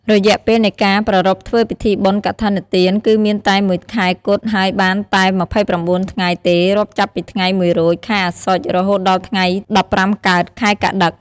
រយៈពេលនៃការប្រារព្ធធ្វើពិធីបុណ្យកឋិនទានគឺមានតែ១ខែគត់ហើយបានតែ២៩ថ្ងៃទេរាប់ចាប់ពីថ្ងៃ១រោចខែអស្សុជរហូតដល់ថ្ងៃ១៥កើតខែកត្តិក។